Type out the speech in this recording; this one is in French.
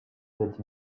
sept